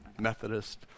Methodist